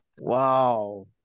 Wow